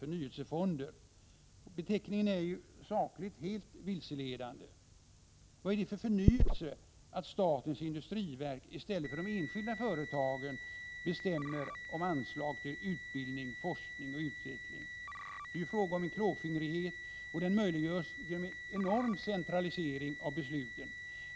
förnyelsefonder. Och beteckningen är ju, sakligt sett, helt vilseledande. Vad är det för förnyelse, att statens industriverk i stället för de enskilda företagen bestämmer om anslag till utbildning, forskning och utveckling? Det är ju fråga om en klåfingrighet, och den möjliggörs genom en enorm centralisering av besluten.